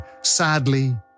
sadly